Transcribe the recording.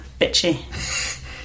Bitchy